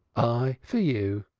i for you.